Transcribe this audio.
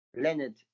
Leonard